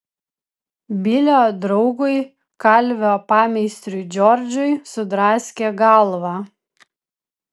bilio draugui kalvio pameistriui džordžui sudraskė galvą